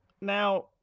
Now